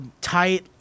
tight